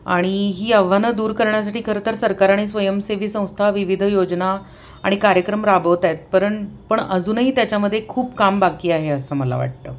आणि ही आव्हानं दूर करण्यासाठी खरं तर सरकाराने स्वयंसेवी संस्था विविध योजना आणि कार्यक्रम राबवत आहेत परण पण अजूनही त्याच्यामध्ये खूप काम बाकी आहे असं मला वाटतं